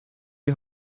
you